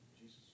Jesus